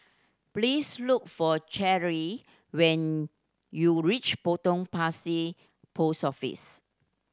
please look for Cherryl when you reach Potong Pasir Post Office